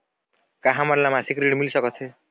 का हमन ला मासिक ऋण मिल सकथे?